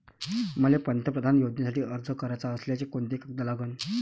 मले पंतप्रधान योजनेसाठी अर्ज कराचा असल्याने कोंते कागद लागन?